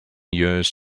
years